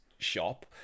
shop